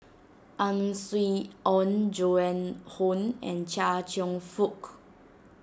Ang Swee Aun Joan Hon and Chia Cheong Fook